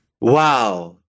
Wow